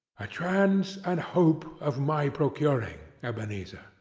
a chance and hope of my procuring, ebenezer.